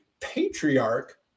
patriarch